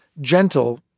gentle